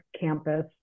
campus